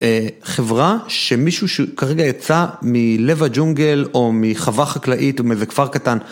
חברה שמישהו שכרגע יצא מלב הג'ונגל או מחווה חקלאית או מאיזה כפר קטן